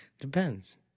Depends